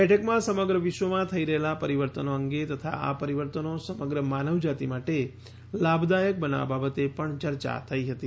બેઠકમાં સમગ્ર વિશ્વમાં થઈ રહેલાં પરિવર્તનો અંગે તથા આ પરિવર્તનો સમગ્ર માનવજાતિ માટે લાભ દાયક બનાવવા બાબતે પણ ચર્ચા થઈ હતીં